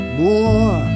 more